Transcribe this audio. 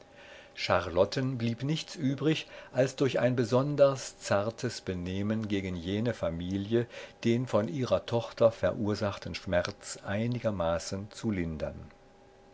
charlotten blieb nichts übrig als durch ein besonder zartes benehmen gegen jene familie den von ihrer tochter verursachten schmerz einigermaßen zu lindern